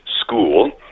school